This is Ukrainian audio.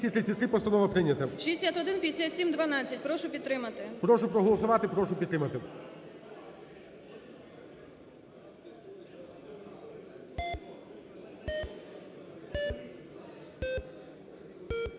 Прошу проголосувати, прошу підтримати.